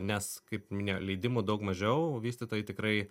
nes kaip minėjo leidimų daug mažiau vystytojai tikrai